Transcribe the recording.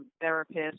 therapist